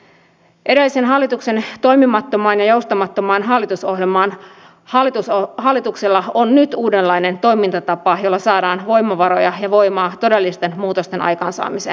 edellisen hallituksen toimimattomaan ja joustamattomaan hallitusohjelmaan hallituksella on nyt uudenlainen toimintatapa jolla saadaan voimavaroja ja voimaa todellisten muutosten aikaansaamiseen